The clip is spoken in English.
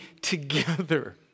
together